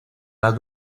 las